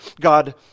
God